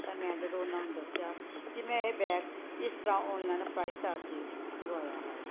ਤਾਂ ਮੈਂ ਜਦੋਂ ਉਹਨਾਂ ਨੂੰ ਦੱਸਿਆ ਕਿ ਮੈਂ ਇਹ ਬੈਗ ਇਸ ਤਰ੍ਹਾਂ ਔਨਲਾਈਨ ਅਪਲਾਏ ਕਰਕੇ ਮੰਗਵਾਇਆ ਹੈ